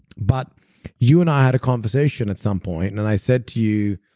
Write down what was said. but you and i had a conversation at some point and i said to you,